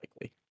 likely